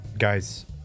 Guys